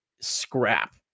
scrap